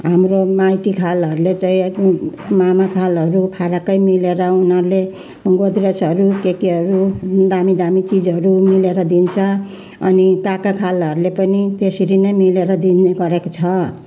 हाम्रो माइतीखालहरूले चाहिँ मामाखालहरू फरक्कै मिलेर उनीहरूले गोदरेजहरू के केहरू दामी दामी चिजहरू मिलेर दिन्छ अनि काकाखालहरूले पनि त्यसरी नै मिलेर दिनेगरेको छ